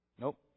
Nope